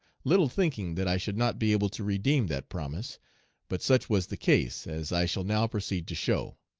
little thinking that i should not be able to redeem that promise but such was the case, as i shall now proceed to show.